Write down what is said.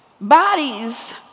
bodies